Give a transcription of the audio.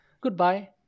Goodbye